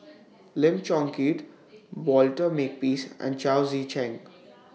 Lim Chong Keat Walter Makepeace and Chao Tzee Cheng